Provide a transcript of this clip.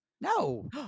No